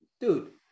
Dude